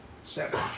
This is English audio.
seven